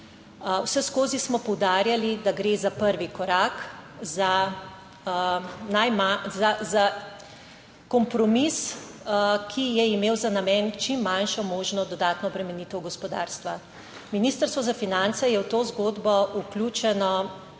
vseskozi smo poudarjali, da gre za prvi korak za najmanj za kompromis, ki je imel za namen čim manjšo možnost dodatno obremenitev gospodarstva. Ministrstvo za finance je v to zgodbo vključeno